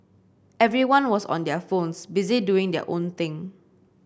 everyone was on their phones busy doing their own thing